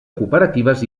cooperatives